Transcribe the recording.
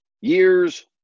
years